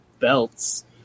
belts